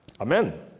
Amen